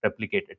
replicated